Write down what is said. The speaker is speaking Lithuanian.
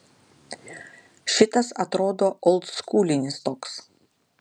šitas atrodo oldskūlinis toks